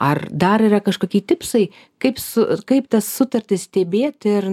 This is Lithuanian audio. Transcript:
ar dar yra kažkokie tipsai kaip su kaip tas sutartis stebėt ir